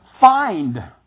find